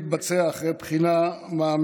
אבל הוא צריך להתבצע אחרי בחינה מעמיקה,